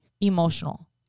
emotional